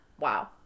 Wow